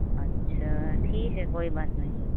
اچھا ٹھیک ہے کوئی بات نہیں